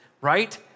right